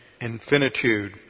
infinitude